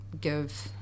give